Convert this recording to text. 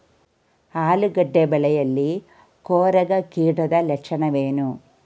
ಆಲೂಗೆಡ್ಡೆ ಬೆಳೆಯಲ್ಲಿ ಕೊರಕ ಕೀಟದ ಲಕ್ಷಣವೇನು?